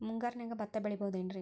ಮುಂಗಾರಿನ್ಯಾಗ ಭತ್ತ ಬೆಳಿಬೊದೇನ್ರೇ?